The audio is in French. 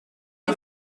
été